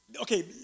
okay